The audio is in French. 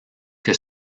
que